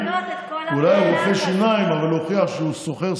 אבל הוא הוכיח שהוא סוחר,